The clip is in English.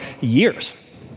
years